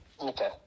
okay